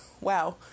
wow